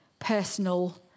personal